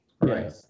right